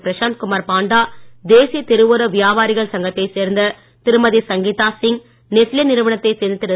பிரசாந்த் குமார் பாண்டா தேசிய தெருவோர வியாபாரிகள் சங்கத்தைச் சேர்ந்த திருமதி சங்கீதா சிங் நெஸ்லே நிறுவனத்தைச் சேர்ந்த திரு